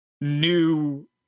new